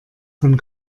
von